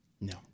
No